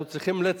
אנחנו צריכים לצמצם